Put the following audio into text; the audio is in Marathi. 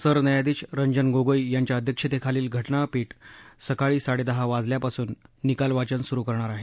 सरन्यायाधीश रंजन गोगोई यांच्या अध्यक्षतेखालील घटनापीठ सकाळी साडेदहा वाजल्यापासून निकाल वाचन सुरु करणार आहे